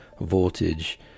voltage